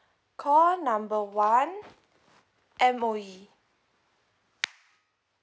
call number one M_O_E